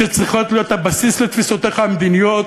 שצריכות להיות הבסיס לתפיסותיך המדיניות,